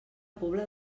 pobla